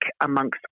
amongst